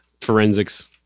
Forensics